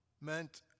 meant